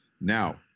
Now